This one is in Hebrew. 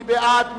מי בעד?